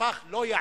הפך לא יעיל,